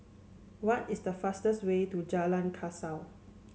what is the fastest way to Jalan Kasau